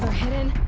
hit in!